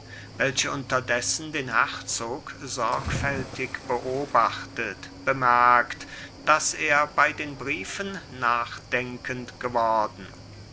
welche unterdessen den herzog sorgfältig beobachtet bemerkt daß er bei den briefen nachdenkend geworden